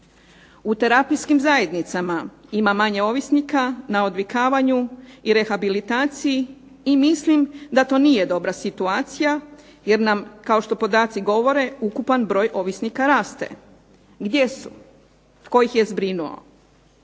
U terapijskim zajednicama ima manje ovisnika na odvikavanju i rehabilitaciji i mislim da to nije dobra situacija jer nam kao što podaci govore ukupan broj ovisnika raste. Gdje su, tko ih je zbrinuo.